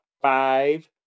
five